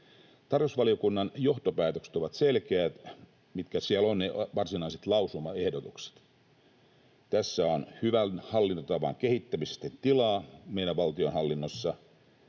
Tarkastusvaliokunnan johtopäätökset, jotka siellä ovat ne varsinaiset lausumaehdotukset, ovat selkeät. Tässä on hyvän hallintotavan kehittämisessä tilaa meidän valtionhallinnossa.